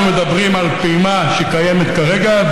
אנחנו מדברים על פעימה שקיימת כרגע.